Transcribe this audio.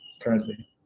currently